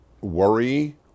worry